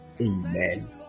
Amen